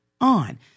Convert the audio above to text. on